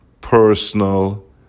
personal